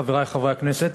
חברי חברי הכנסת,